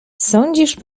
sądzisz